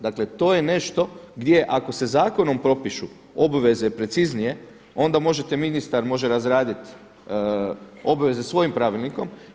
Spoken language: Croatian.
Dakle, to je nešto gdje ako se zakonom propišu obveze preciznije onda možete, ministar može razraditi obveze svojim pravilnikom.